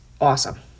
awesome